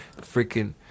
freaking